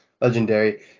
legendary